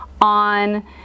on